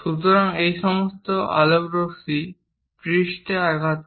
সুতরাং এই সমস্ত আলোক রশ্মি পৃষ্ঠে আঘাত করে